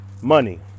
money